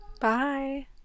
bye